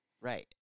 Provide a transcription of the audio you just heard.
Right